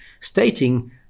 stating